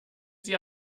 sie